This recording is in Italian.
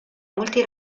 molti